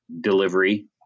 delivery